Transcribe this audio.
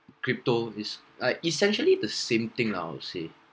crypto is like essentially the same thing lah I would say